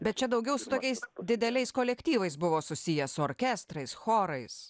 bet čia daugiau su tokiais dideliais kolektyvais buvo susiję su orkestrais chorais